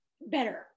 better